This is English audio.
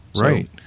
Right